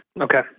Okay